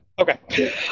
Okay